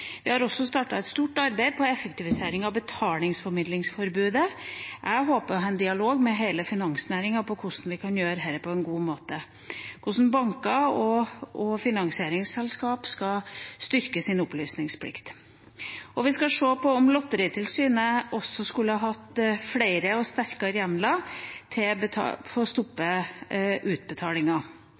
Vi har også startet et stort arbeid med effektivisering av betalingsformidlingsforbudet. Jeg håper å ha en dialog med hele finansnæringen om hvordan vi kan gjøre dette på en god måte, hvordan banker og finansieringsselskap skal styrke sin opplysningsplikt. Vi skal se på om Lotteritilsynet også skulle hatt flere og sterkere hjemler for å stoppe utbetalinger. I dag er lovverket knyttet til